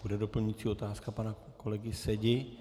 Bude doplňující otázka pana kolegy Sedi.